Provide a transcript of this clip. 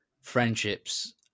friendships